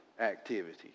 activity